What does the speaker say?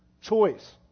choice